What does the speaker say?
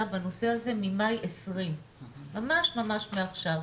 בנושא הזה ממאי 2020. ממש ממש מעכשיו.